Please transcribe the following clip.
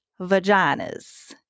vaginas